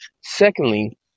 Secondly